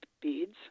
beads